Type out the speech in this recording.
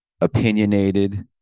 opinionated